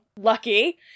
lucky